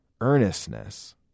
earnestness